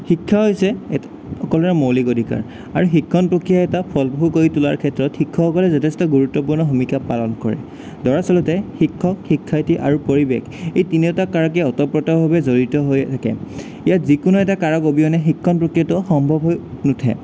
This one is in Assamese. শিক্ষা হৈছে এটা সকলোৰে মৌলিক অধিকাৰ আৰু শিক্ষণ প্ৰক্ৰিয়া এটা ফলপ্ৰসূ কৰি তোলাৰ ক্ষেত্ৰত শিক্ষকসকলে যথেষ্ট গুৰুত্বপূৰ্ণ ভূমিকা পালন কৰে দৰাচলতে শিক্ষক শিক্ষয়িত্ৰী আৰু পৰিৱেশ এই তিনিওটা কাৰকেই ওতঃপ্ৰোতভাৱে জড়িত হৈ থাকে ইয়াত যিকোনো এটা কাৰক অবিহনে শিক্ষণ প্ৰক্ৰিয়াটো সম্ভৱ হৈ নুঠে